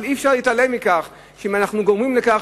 אבל אי-אפשר להתעלם מזה שאנחנו גורמים לכך